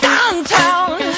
Downtown